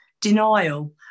denial